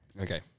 okay